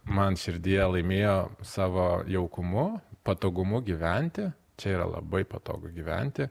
man širdyje laimėjo savo jaukumu patogumu gyventi čia yra labai patogu gyventi